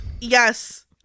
Yes